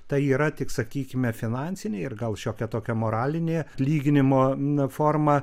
tai yra tik sakykime finansiniai ir gal šiokia tokia moralinė lyginimo na forma